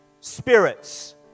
spirits